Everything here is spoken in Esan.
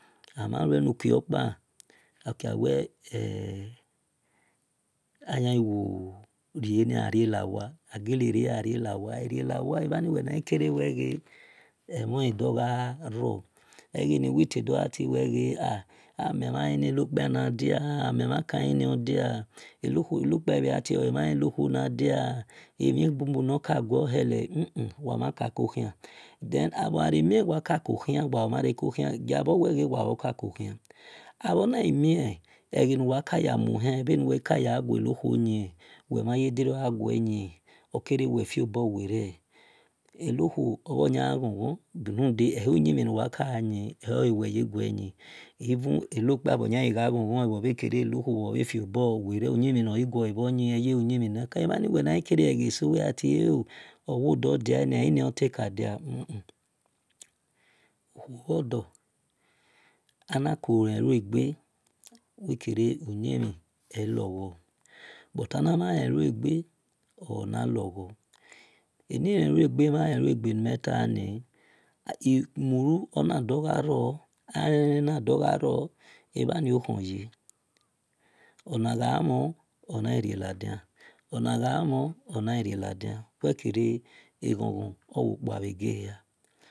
Amhan lue lukio kpa akia wel el ayan khi wo renia arie lawa agale rie arie luwa agharie luwa ehani anghi kere nia ghe emhon dogha ro egheni wi telogha tie wel ghe al menmhanle erio enokpiana dia memhan kalen irio enokhuo na dia emhi bubu nor ka gue oka vio lehe huhu wa mhan ka ko khian wamhan re ka ko khian gia bho wheel bha bhor kako khian abhor naghi mie egheni nuwel kaya mie nor khou ni bhe nu-wel kaya gue gha yin bor kere wel fiobo werie enokhuo bho yan ghon-ghon runde eluyin mhin nu uhe ka gue ka gue gha yin eu wel ye gue yin uven enokpia bhor yun ghi gha khon khon wel enokhuo bho bhe feobor werie uyihin nor ghi guo e bhor yin eye uyin eye uyin mhin nor kee ebha wel nar kere egheso so wel sha tie e o owo dor diania ei nia ote ka dia imulu ona dor ghauo akele na do gha ri ebhani okhon ye ona gha mhon ona kiriela dian ona gha mhon ona ririe ladian eghon ghon owo kpua bhe gre hia